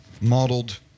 modeled